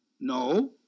No